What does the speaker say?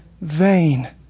vain